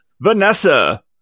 Vanessa